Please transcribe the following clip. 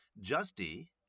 Justy